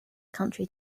country